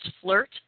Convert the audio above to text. flirt